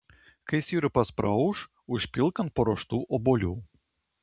kai sirupas praauš užpilk ant paruoštų obuolių